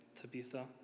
Tabitha